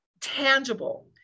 tangible